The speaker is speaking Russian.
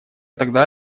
тогда